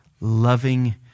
loving